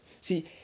See